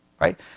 Right